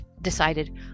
decided